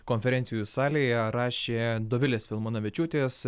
konferencijų salėje rašė dovilės filmanavičiūtės